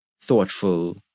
thoughtful